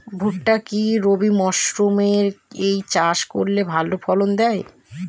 ভুট্টা কি রবি মরসুম এ চাষ করলে ভালো ফলন দেয়?